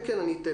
אני אתן